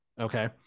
okay